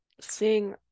seeing